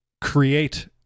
create